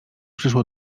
przyszło